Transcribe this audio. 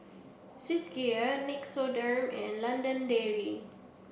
Swissgear Nixoderm and London Dairy